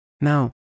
Now